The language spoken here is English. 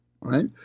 right